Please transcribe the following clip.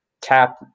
tap